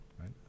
right